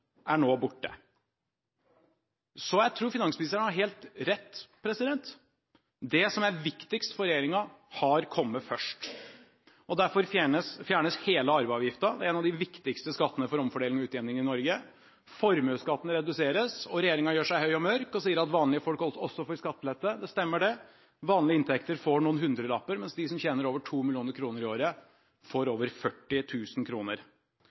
er nå borte. Jeg tror finansministeren har helt rett: Det som er viktigst for regjeringen, har kommet først. Derfor fjernes hele arveavgiften – en av de viktigste skattene for omfordeling og utjevning i Norge. Formuesskatten reduseres, og regjeringen gjør seg høy og mørk og sier at vanlige folk også får skattelette. Det stemmer: Vanlige inntekter får noen hundrelapper i skattelette, mens de som tjener over 200 mill. kr i året, får